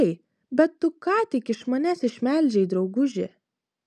ei bet tu ką tik iš manęs išmelžei drauguži